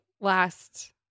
last